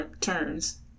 turns